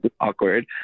awkward